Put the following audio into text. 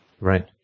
Right